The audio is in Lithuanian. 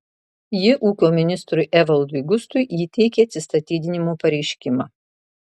ji ūkio ministrui evaldui gustui įteikė atsistatydinimo pareiškimą